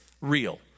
real